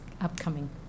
upcoming